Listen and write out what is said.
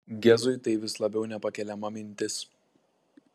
gezui tai vis labiau nepakeliama mintis